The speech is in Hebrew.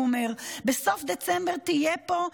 והוא אומר: בסוף דצמבר תהיה פה,